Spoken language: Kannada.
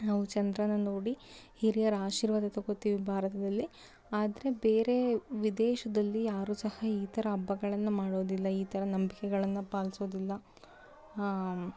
ನಾವು ಚಂದ್ರನ ನೋಡಿ ಹಿರಿಯರ ಆಶೀರ್ವಾದ ತಗೊತೀವಿ ಭಾರತದಲ್ಲಿ ಆದರೆ ಬೇರೆ ವಿದೇಶದಲ್ಲಿ ಯಾರು ಸಹ ಈ ಥರ ಹಬ್ಬಗಳನ್ನ ಮಾಡೋದಿಲ್ಲ ಈ ಥರ ನಂಬಿಕೆಗಳ್ನ ಪಾಲಿಸೋದಿಲ್ಲ